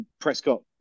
Prescott